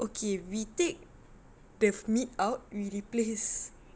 okay we take the meat out we replace